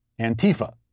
Antifa